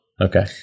Okay